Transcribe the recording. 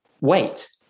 wait